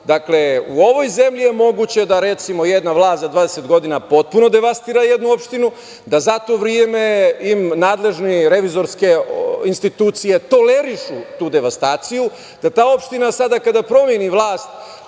u ovoj zemlji je moguće da, recimo, jedna vlast za 20 godina potpuno devastira jednu opštinu, da za to vreme im nadležne revizorske institucije tolerišu tu devastaciju, da ta opština sada kada promeni vlast,